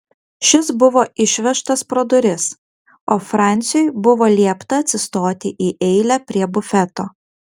šis buvo išvežtas pro duris o franciui buvo liepta atsistoti į eilę prie bufeto